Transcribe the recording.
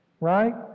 Right